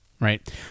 right